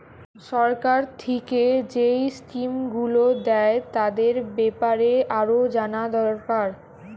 সরকার থিকে যেই স্কিম গুলো দ্যায় তাদের বেপারে আরো জানা দোরকার